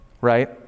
right